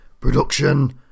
production